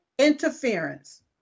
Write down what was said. Interference